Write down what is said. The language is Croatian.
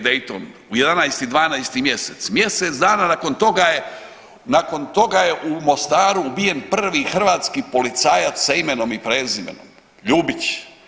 Dayton u 11., 12. mjesec, mjesec dana nakon toga je, nakon toga je u Mostaru ubijen prvi hrvatski policajac sa imenom i prezimenom Ljubić.